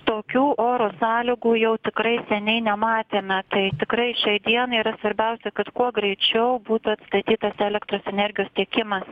tokių oro sąlygų jau tikrai seniai nematėme tai tikrai šiai dienai yra svarbiausia kad kuo greičiau būtų atstatytas elektros energijos tiekimas